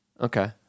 Okay